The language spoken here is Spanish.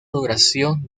duración